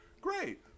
Great